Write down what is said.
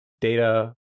data